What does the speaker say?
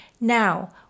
Now